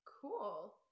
cool